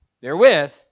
therewith